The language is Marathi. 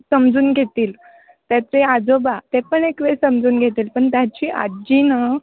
समजून घेतील त्याचे आजोबा ते पण एक वेळ समजून घेतील पण त्याची आज्जी नं